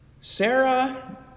Sarah